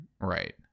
right